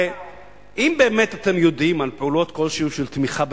הרי אם באמת אתם יודעים על פעולות כלשהן של תמיכה בטרור,